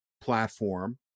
platform